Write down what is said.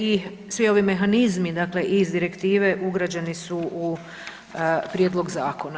I svi ovi mehanizmi, dakle iz direktive ugrađeni su u prijedlog zakona.